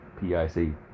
P-I-C